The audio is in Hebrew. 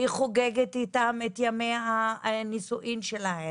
היא חוגגת איתם את ימי הנישואין שלהם.